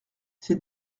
ces